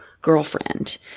girlfriend